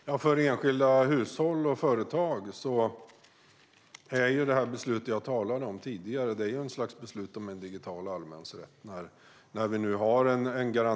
Herr talman! För enskilda hushåll och företag är det beslut som jag tidigare talade om ett slags beslut om en digital allemansrätt, alltså att vi nu har en garanti.